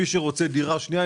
מי שרוצה דירה שנייה,